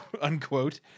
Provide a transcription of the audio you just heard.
unquote